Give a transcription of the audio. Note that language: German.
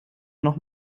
noch